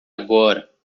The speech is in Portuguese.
agora